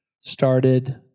started